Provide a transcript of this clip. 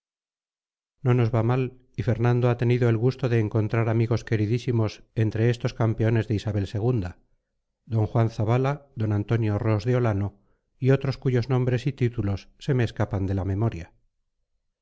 no nos va mal y fernando ha tenido el gusto de encontrar amigos queridísimos entre estos campeones de isabel ii d juan zabala d antonio ros de olano y otros cuyos nombres y títulos se me escapan de la memoria